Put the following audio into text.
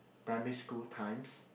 primary school times